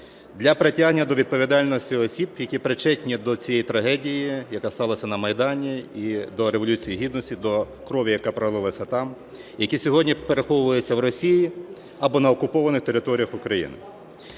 для притягнення до відповідальності осіб, які причетні до цієї трагедії, яка сталася на Майдані, і до Революції Гідності, до крові, яка пролилася там, які сьогодні переховуються в Росії або на окупованих територіях України.